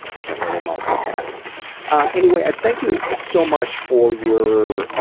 can't really multitask anyway, i thank you ah so much for your